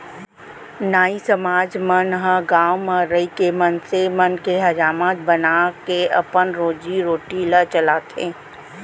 नाई समाज मन ह गाँव म रहिके मनसे मन के हजामत बनाके अपन रोजी रोटी ल चलाथे